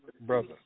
brother